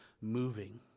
moving